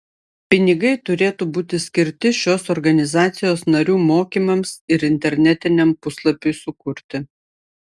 pinigai turėtų būti skirti šios organizacijos narių mokymams ir internetiniam puslapiui sukurti